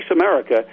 America